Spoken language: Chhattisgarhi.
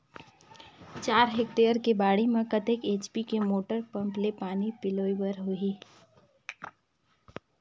चार हेक्टेयर के बाड़ी म कतेक एच.पी के मोटर पम्म ले पानी पलोय बर होही?